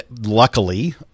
Luckily